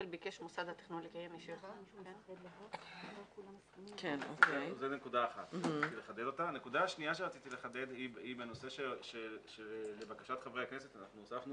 5. נקודה שנייה שרציתי לחדד היא בנושא שלבקשת חברי הכנסת אנחנו הוספנו